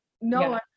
no